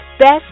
Best